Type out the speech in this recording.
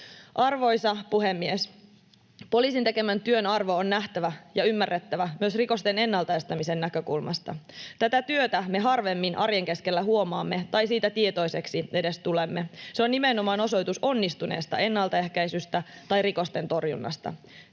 Arvoisa puhemies! Poliisin tekemän työn arvo on nähtävä ja ymmärrettävä myös rikosten ennalta estämisen näkökulmasta. Tätä työtä me harvemmin arjen keskellä huomaamme tai siitä tietoiseksi edes tulemme. Se on nimenomaan osoitus onnistuneesta ennaltaehkäisystä tai rikosten torjunnasta.